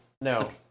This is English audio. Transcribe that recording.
no